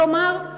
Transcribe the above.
כלומר,